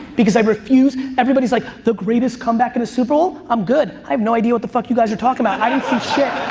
because i refuse. everybody's like the greatest comeback in a super bowl. i'm good. i have no idea what the fuck you guys are talking about, i didn't see shit.